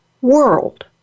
world